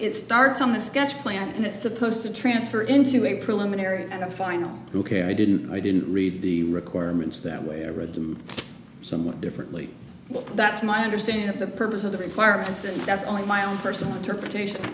it starts on the sketch plan and it's supposed to transfer into a preliminary and a final ok i didn't i didn't read the requirements that way i read them somewhat differently but that's my understanding of the purpose of the requirements and that's only my own personal interpretation